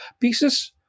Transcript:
pieces